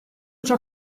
ciò